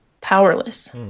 powerless